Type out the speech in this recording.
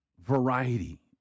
variety